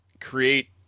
create